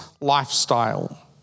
lifestyle